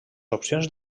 opcions